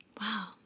Wow